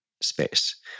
space